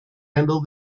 handle